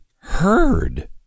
heard